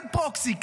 כן פרוקסי,